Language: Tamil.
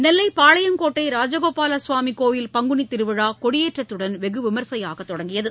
நெல்லை பாளையங்கோட்டை ராஜகோபால சுவாமி கோயில் பங்குனி திருவிழா கொடியேற்றத்துடன் வெகு விமர்சையாக தொடங்கியது